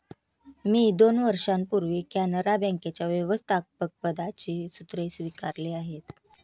मी दोन वर्षांपूर्वी कॅनरा बँकेच्या व्यवस्थापकपदाची सूत्रे स्वीकारली आहेत